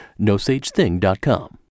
Nosagething.com